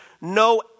no